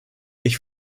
ich